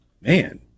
man